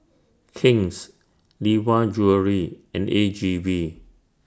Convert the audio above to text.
King's Lee Hwa Jewellery and A G V